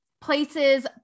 places